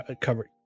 Cover